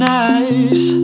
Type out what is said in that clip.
nice